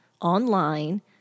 online